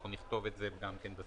אנחנו נכתוב את זה גם כן בסעיף.